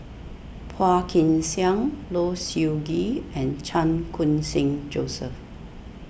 Phua Kin Siang Low Siew Nghee and Chan Khun Sing Joseph